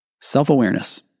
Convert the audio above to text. Self-awareness